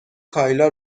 کایلا